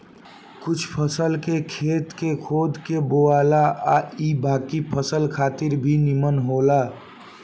कुछ फसल के खेत के खोद के बोआला आ इ बाकी फसल खातिर भी निमन होला